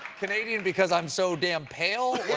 canadian because i'm so damn pale?